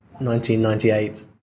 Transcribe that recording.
1998